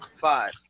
five